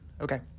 Okay